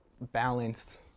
balanced